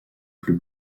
plus